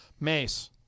Mace